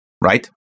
right